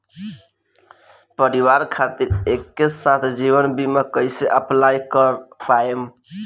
परिवार खातिर एके साथे जीवन बीमा कैसे अप्लाई कर पाएम?